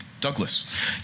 Douglas